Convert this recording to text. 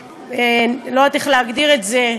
לא יודעת איך להגדיר את זה,